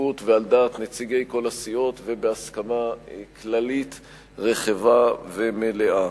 בהשתתפות ועל דעת נציגי כל הסיעות ובהסכמה כללית רחבה ומלאה.